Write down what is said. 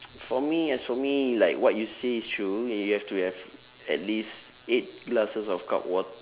for me as for me like what you say is true you have to have at least eight glasses of cup wat~